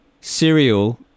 cereal